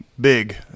Big